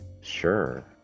Sure